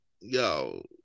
Yo